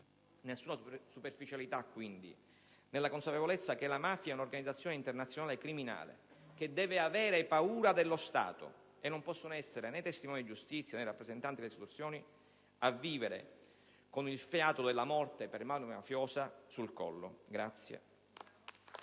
Nessuna superficialità, quindi, nella consapevolezza che la mafia è un'organizzazione internazionale criminale, che deve avere paura dello Stato, e non possono essere né i testimoni di giustizia, né i rappresentanti delle istituzioni a vivere con il fiato della morte per mano mafiosa sul collo.